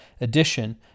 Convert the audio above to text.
addition